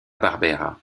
barbera